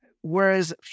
whereas